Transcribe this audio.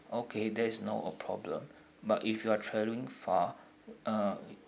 okay that is not a problem but if we are traveling far uh